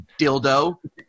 dildo